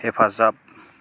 हेफाजाब